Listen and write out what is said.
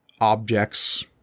objects